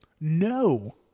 No